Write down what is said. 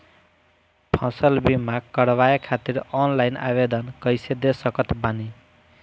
फसल बीमा करवाए खातिर ऑनलाइन आवेदन कइसे दे सकत बानी?